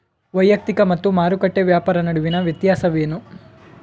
ವೈಯಕ್ತಿಕ ಮತ್ತು ಮಾರುಕಟ್ಟೆ ವ್ಯಾಪಾರ ನಡುವಿನ ವ್ಯತ್ಯಾಸವೇನು?